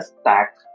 stack